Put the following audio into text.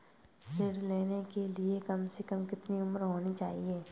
ऋण लेने के लिए कम से कम कितनी उम्र होनी चाहिए?